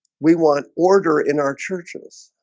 we want order in our churches